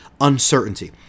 uncertainty